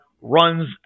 runs